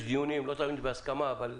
אני